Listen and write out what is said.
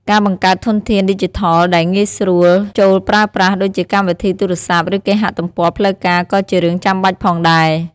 ការបង្កើតធនធានឌីជីថលដែលងាយស្រួលចូលប្រើប្រាស់ដូចជាកម្មវិធីទូរស័ព្ទឬគេហទំព័រផ្លូវការក៏ជារឿងចាំបាច់ផងដែរ។